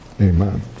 Amen